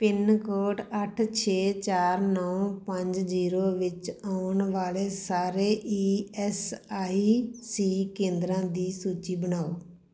pin code ਅੱਠ ਛੇ ਚਾਰ ਨੌ ਪੰਜ ਜੀਰੋ ਵਿੱਚ ਆਉਣ ਵਾਲੇ ਸਾਰੇ ਈ ਐਸ ਆਈ ਸੀ ਕੇਂਦਰਾਂ ਦੀ ਸੂਚੀ ਬਣਾਓ